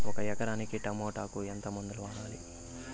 ఒక ఎకరాకి టమోటా కు ఎంత మందులు వాడాలి?